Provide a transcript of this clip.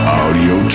audio